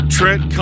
Trent